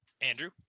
Andrew